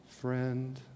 friend